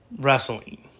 wrestling